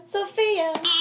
Sophia